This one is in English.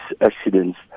accidents